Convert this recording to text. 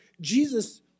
Jesus